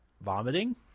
vomiting